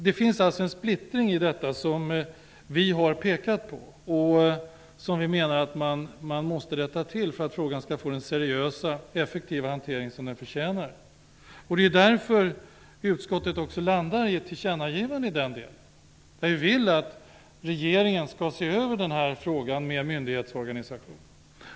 Det finns alltså en splittring av denna fråga som vi har pekat på och som vi menar att man måste rätta till för att frågan skall få den seriösa och effektiva hantering som den förtjänar. Det är ju därför som utskottet har gjort ett tillkännagivande till regeringen i den delen. Vi vill att regeringen skall se över myndighetsorganisationen.